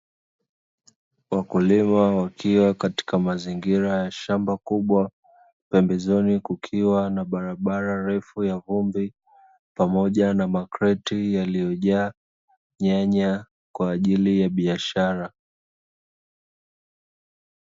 Wakulima wakiwa katika mazingira ya shamba kubwa, pembezoni kukiwa na barabara ndefu ya vumbi pamoja na makreti yaliyojaa nyanya kwa ajili ya biashara.